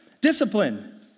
discipline